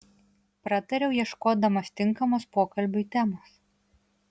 pratariau ieškodamas tinkamos pokalbiui temos